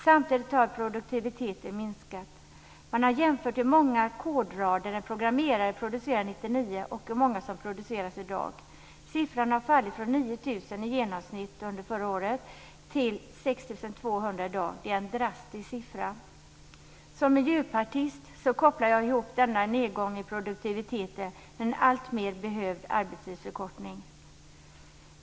Samtidigt har produktiviteten minskat. Man har jämfört hur många kodrader en programmerare producerade 1999 och hur många som produceras i dag. Siffran har fallit från 9 000 i genomsnitt under förra året till 6 200 i dag. Det är en drastisk siffra. Som miljöpartist kopplar jag ihop denna nedgång i produktiviteten med en alltmer behövd arbetstidsförkortning.